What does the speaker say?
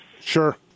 Sure